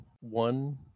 One